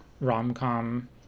rom-com